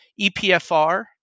EPFR